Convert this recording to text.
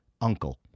uncle